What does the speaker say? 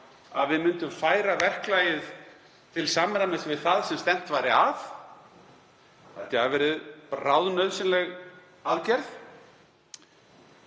að við myndum færa verklagið til samræmis við það sem stefnt væri að. Það held ég að hafi verið bráðnauðsynleg aðgerð.